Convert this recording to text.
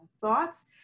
thoughts